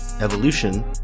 evolution